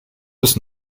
bis